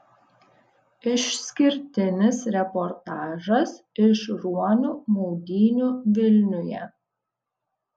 išskirtinis reportažas iš ruonių maudynių vilniuje